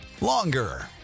longer